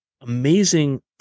amazing